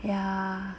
ya